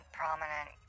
prominent